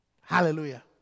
Hallelujah